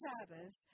Sabbath